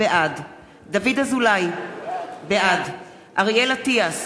בעד דוד אזולאי, בעד אריאל אטיאס,